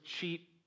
cheap